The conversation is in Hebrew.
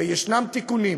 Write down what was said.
וישנם תיקונים,